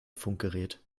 funkgerät